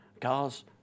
Cars